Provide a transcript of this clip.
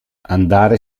andare